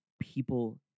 people